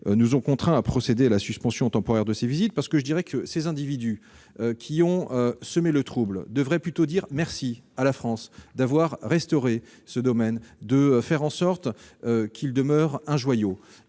nous ont contraints à procéder à la suspension temporaire de ces visites. Alors que les individus qui ont semé le trouble devraient dire merci à la France d'avoir restauré ce domaine et fait en sorte qu'il demeure un joyau,